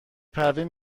پروین